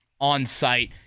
on-site